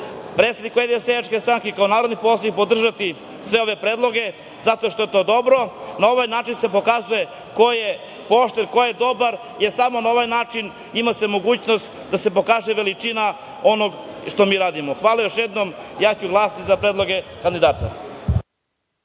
predsednik Ujedinjene seljačke stranke, kao narodni poslanik podržati sve ove predloge zato što je to dobro. Na ovaj način se pokazuje ko je pošten, ko je dobar, jer samo na ovaj način ima se mogućnost da se pokaže veličina onog što mi radimo. Hvala još jednom. Ja ću glasati za predloge kandidata.